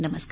नमस्कार